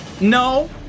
No